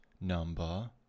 number